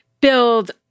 build